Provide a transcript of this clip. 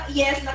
yes